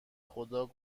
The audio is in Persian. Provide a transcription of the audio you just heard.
خدا